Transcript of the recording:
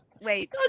Wait